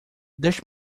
deixa